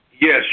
Yes